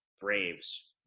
Braves